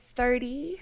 thirty